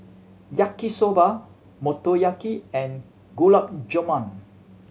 Yaki Soba Motoyaki and Gulab Jamun